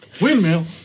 windmill